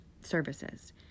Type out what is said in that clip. services